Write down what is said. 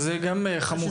אז זה גם חמור שבעתיים.